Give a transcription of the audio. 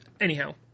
anyhow